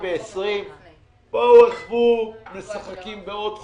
שנת 2020. עזבו, משחקים בעוד חודש,